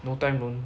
no time don't